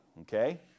Okay